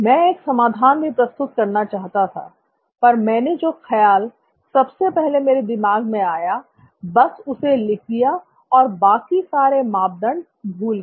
मैं एक समाधान भी प्रस्तुत करना चाहता था पर मैंने जो ख्याल सबसे पहले मेरे दिमाग में आया बस उसे लिख दिया और बाकी सारे मापदंड भूल गया